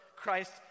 Christ